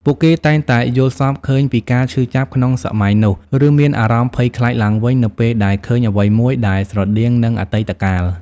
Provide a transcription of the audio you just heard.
ពួកគេតែងតែយល់សប្តិឃើញពីការឈឺចាប់ក្នុងសម័យនោះ ឬមានអារម្មណ៍ភ័យខ្លាចឡើងវិញនៅពេលដែលឃើញអ្វីមួយដែលស្រដៀងនឹងអតីតកាល។